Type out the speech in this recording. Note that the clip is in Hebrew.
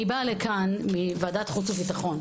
אני באה לכאן מוועדת חוץ וביטחון.